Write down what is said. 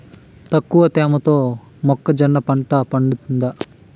తక్కువ తేమతో మొక్కజొన్న పంట పండుతుందా?